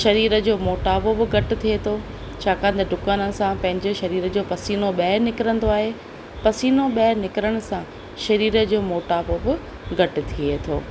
सरीर जो मोटापो बि घटि थिए थो छाकाणि त डुकण सां पंहिंजे सरीर जो पसीनो बाहिरि निकिरंदो आहे पसीनो बाहिरि निकिरण सां सरीर जो मोटापो बि घटि थिए थो